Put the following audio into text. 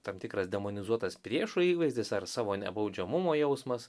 tam tikras demonizuotas priešo įvaizdis ar savo nebaudžiamumo jausmas